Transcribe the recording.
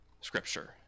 scripture